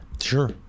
Sure